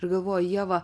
ir galvoju ieva